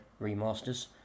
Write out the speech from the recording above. remasters